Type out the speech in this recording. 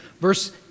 Verse